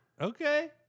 Okay